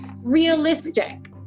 realistic